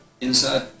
Inside